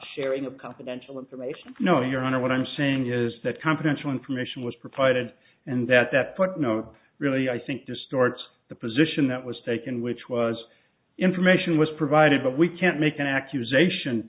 sharing of confidential information you know your honor what i'm saying is that confidential information was provided and that that put no really i think distorts the position that was in which was information was provided but we can't make an accusation